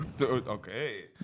Okay